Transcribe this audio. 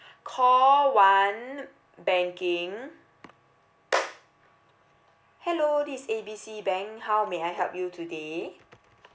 call one banking hello this is A B C bank how may I help you today